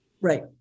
Right